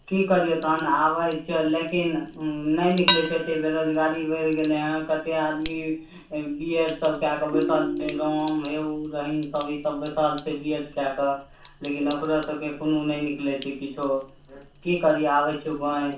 की करियौ तहन आबैत छियौ लेकिन नहि निकलै छै एतेक बेरोजगारी बढ़ि गेलैए कतेक आदमी बी एड सभ कए कऽ बैसल छै राम ओ राहीम ओसभ बैसल छै बी एड कए कऽ लेकिन ओकरोसभके तऽ कोनो नहि निकलैत छै किछो की करियौ आबैत छियौ गामे